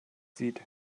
sieht